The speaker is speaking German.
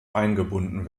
eingebunden